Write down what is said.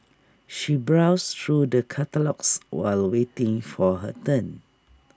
she browsed through the catalogues while waiting for her turn